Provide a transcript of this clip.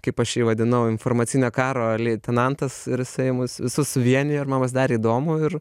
kaip aš jį vadinau informacinio karo leitenantas ir jisai mus visus vienijo ir man pasidarė įdomu ir